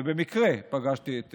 ובמקרה פגשתי את